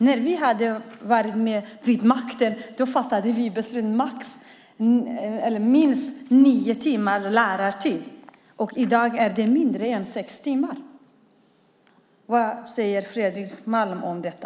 När vi satt vid makten fattade vi beslut om minst nio timmars lärartid. I dag är det mindre än sex timmar. Vad säger Fredrik Malm om detta?